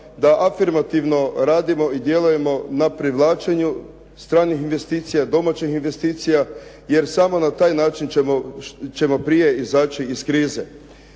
da afirmativno radimo i djelujemo na privlačenju stranih investicija, domaćih investicija jer samo na taj način ćemo prije izaći iz krize.